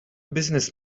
business